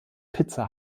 pizza